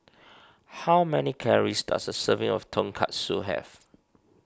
how many calories does a serving of Tonkatsu have